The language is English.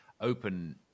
open